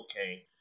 okay